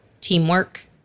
teamwork